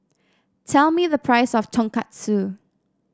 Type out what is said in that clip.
tell me the price of Tonkatsu